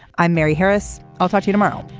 i'm mary harris. i'll talk to you tomorrow